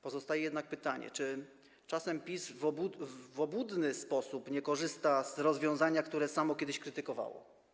Pozostaje jednak pytanie: Czy czasem PiS w obłudny sposób nie korzysta z rozwiązania, które samo kiedyś krytykowało?